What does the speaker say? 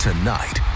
Tonight